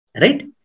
right